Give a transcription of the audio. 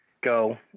Go